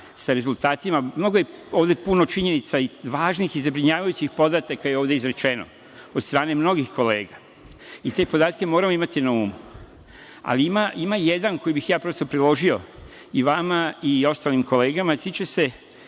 sa rezultatima. Puno je ovde činjenica i važnih i zabrinjavajućih podataka izrečeno od strane mnogih kolega. Te podatke moramo imati na umu. Ali, ima jedan koji bih ja prosto priložio i vama i ostalim kolegama, a tiče se